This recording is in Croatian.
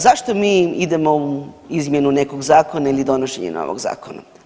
Zašto mi idemo u izmjenu nekog zakona ili donošenje novog zakona?